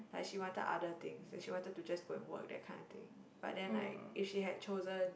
like she wanted other things and she wanted to just go and work that kind of thing but then like if she had chosen